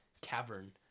cavern